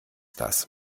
das